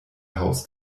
haus